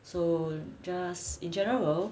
so just in general